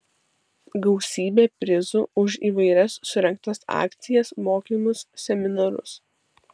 gausybė prizų už įvairias surengtas akcijas mokymus seminarus